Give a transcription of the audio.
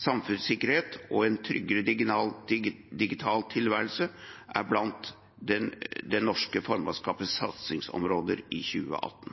Samfunnssikkerhet og en tryggere digital tilværelse er blant det norske formannskapets satsingsområder i 2018.